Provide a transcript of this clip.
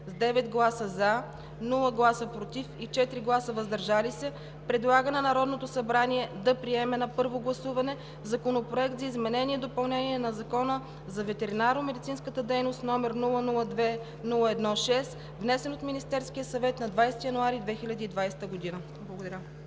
с 9 гласа „за“, без „против“ и 4 гласа „въздържал се“ предлага на Народното събрание да приеме на първо гласуване Законопроект за изменение и допълнение на Закона за ветеринарномедицинската дейност, № 002-01-6, внесен от Министерския съвет на 20 януари 2020 г.“ Благодаря.